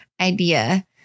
idea